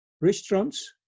restaurants